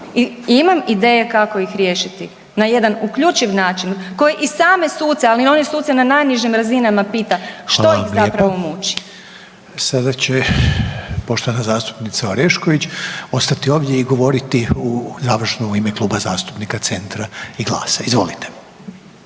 imam ideje kako ih riješiti na jedan uključiv način koji i same suce, ali i one suce na najnižim razinama pita što ih zapravo muči. **Reiner, Željko (HDZ)** Hvala vam lijepo. Sada će poštovana zastupnica Orešković ostati ovdje i govoriti završno u ime kluba zastupnika Centra i GLAS-a. Izvolite.